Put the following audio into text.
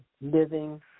living